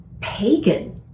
pagan